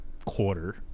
Quarter